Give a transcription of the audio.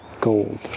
gold